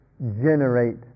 generate